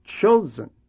chosen